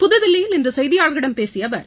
புதுதில்லியில் இன்று செய்தியாளர்களிடம் பேசிய அவர்